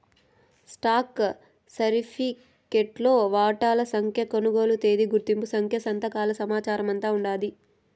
stock సరిఫికెట్లో వాటాల సంఖ్య, కొనుగోలు తేదీ, గుర్తింపు సంఖ్య, సంతకాల సమాచారమంతా ఉండాది